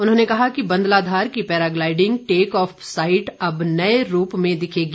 उन्होंने कहा कि बंदलाधार की पैराग्लाईडिंग टेक ऑफ साईट अब नए रूप में दिखेगी